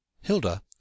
Hilda